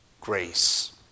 grace